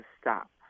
stop